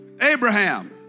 Abraham